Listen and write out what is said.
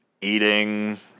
eating